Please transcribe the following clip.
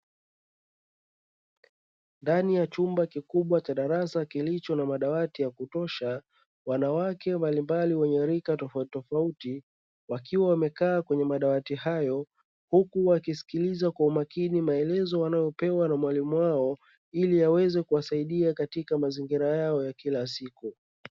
Ndani ya chumba kikubwa cha darasa kilicho na madawati ya kutosha; wanawake mbalimbali wenye rika tofautitofauti, wakiwa wamekaa kwenye madawati hayo huku wakisikiliza kwa umakini maelezo wanayopewa na mwalimu wao, ili yaweze kuwasaidia katika mazingira yao ya kila siku.